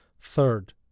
Third